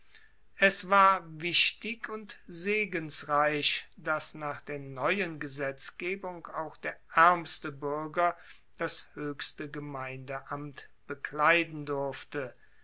es war wichtig und segensreich dass nach der neuen gesetzgebung auch der aermste buerger das hoechste gemeindeamt bekleiden durfte